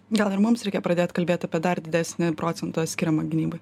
gal ir mums reikia pradėt kalbėt apie dar didesnį procentą skiriamą gynybai